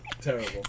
Terrible